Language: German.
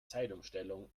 zeitumstellung